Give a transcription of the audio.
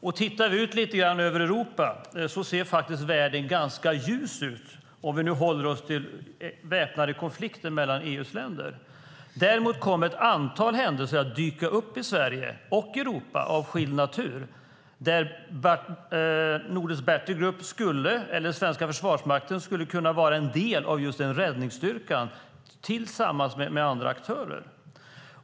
Om vi tittar ut över Europa ser vi att världen ser ljus ut - om vi håller oss till väpnade konflikter mellan EU:s länder. Däremot kommer ett antal händelser av skild natur att dyka upp i Sverige och i Europa där Nordic Battlegroup, eller den svenska försvarsmakten, skulle kunna vara en del av en räddningsstyrka tillsammans med andra aktörer.